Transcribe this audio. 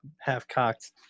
half-cocked